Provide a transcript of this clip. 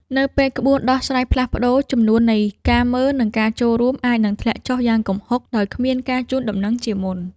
នៅពេលក្បួនដោះស្រាយផ្លាស់ប្តូរ ចំនួននៃការមើល និងការចូលរួម អាចនឹងធ្លាក់ចុះយ៉ាងគំហុកដោយគ្មានការជូនដំណឹងជាមុន។